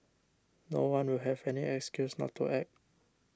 no one will have any excuse not to act